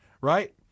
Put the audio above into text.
Right